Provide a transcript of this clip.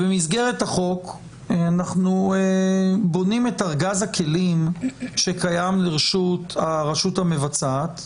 ובמסגרת החוק אנחנו בונים את ארגז הכלים שקיים לרשות הרשות המבצעת.